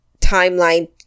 timeline